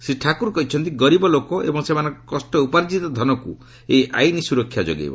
ଶ୍ରୀ ଠାକୁର କହିଛନ୍ତି ଗରିବ ଲୋକ ଏବଂ ସେମାନଙ୍କର କଷ୍ଟ ଉପାର୍ଜିତ ଧନକୁ ଏହି ଆଇନ୍ ସୁରକ୍ଷା ଯୋଗାଇବ